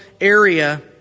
area